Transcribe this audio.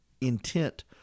intent